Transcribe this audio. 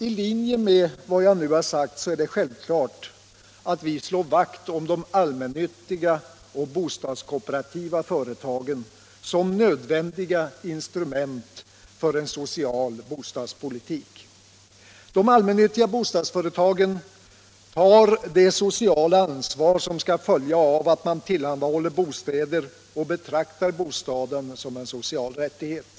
I linje med vad jag nu sagt är det självklart att vi slår vakt om de allmännyttiga och bostadskooperativa företagen som nödvändiga instrument för en social bostadspolitik. De allmännyttiga bo stadsföretagen tar det sociala ansvar som skall följa av att man tillhan Nr 101 dahåller bostäder och betraktar bostaden som en social rättighet.